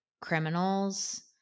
criminals